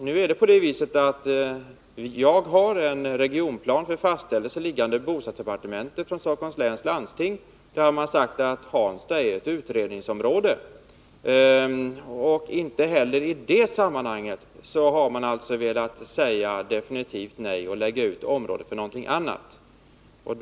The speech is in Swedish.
Nu är det så att jag i bostadsdepartementet för fastställelse har en regionplan liggande från Stockholms läns landsting, där man sagt att Hansta är ett utredningsområde. Inte heller i det sammanhanget har man alltså velat säga definitivt nej och lägga ut området till något annat ändamål.